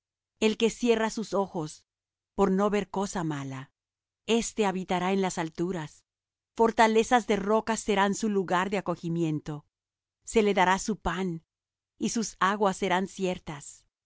el que cierra sus ojos por no ver cosa mala este habitará en las alturas fortalezas de rocas serán su lugar de acogimiento se le dará su pan y sus aguas serán ciertas